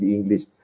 English